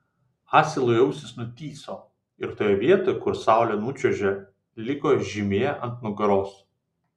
asilui ausys nutįso ir toje vietoj kur saulė nučiuožė liko žymė ant nugaros